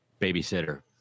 Babysitter